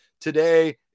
today